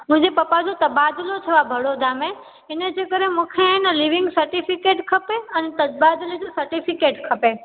मुंहिंजे पपा जो तबादिलो थियो आहे बड़ोदा में इन जे करे मूंखे न लीविंग सर्टिफ़िकेट खपे ऐं तबादिले जो सर्टिफ़िकेट खपे